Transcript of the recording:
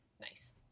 Nice